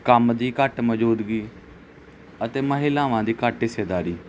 ਕੰਮ ਦੀ ਘੱਟ ਮੌਜੂਦਗੀ ਅਤੇ ਮਹਿਲਾਵਾਂ ਦੀ ਘੱਟ ਹਿੱਸੇਦਾਰੀ